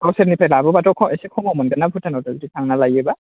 गावसोरनिफ्राय लाबोबाथ' एसे खमाव मोनगोनना भुटानावथ' बिदि थांनानै लायोबा